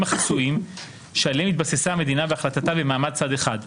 החסויים שעליהם התבססה המדינה בהחלטתה במעמד צד אחד בלבד,